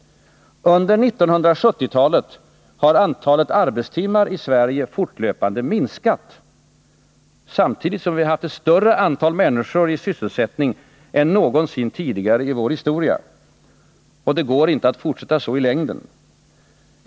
Under 1970-talet har antalet arbetstimmar i Sverige fortlöpande minskat. Samtidigt har vi haft större antal människor i sysselsättning än någonsin tidigare i vår historia. Det går inte att fortsätta så i längden.